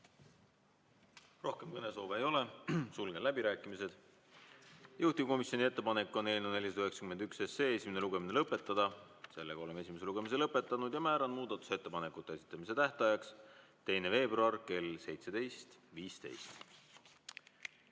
Rohkem kõnesoove ei ole. Sulgen läbirääkimised. Juhtivkomisjoni ettepanek on eelnõu 491 esimene lugemine lõpetada. Oleme esimese lugemise lõpetanud. Määran muudatusettepanekute esitamise tähtajaks 2. veebruari kell 17.15.